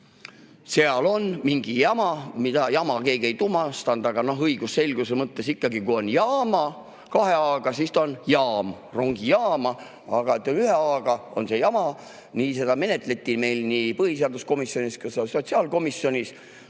seal on mingi jama – mis jama, seda keegi ei tuvastanud, aga õigusselguse mõttes ikkagi, kui on jaama kahe a‑ga, siis ta on jaam, rongijaam, aga ühe a‑ga on see jama –, nii seda menetleti meil nii põhiseaduskomisjonis kui ka sotsiaalkomisjonis.